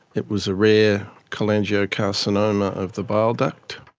it was a rare cholangiocarcinoma of the bile duct.